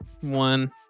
One